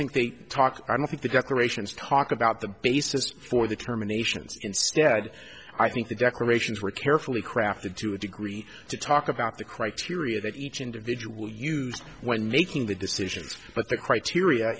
think they talk i don't think they got the ration to talk about the basis for the terminations instead i think the decorations were carefully crafted to a degree to talk about the criteria that each individual used when making the decisions but the criteria